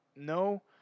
No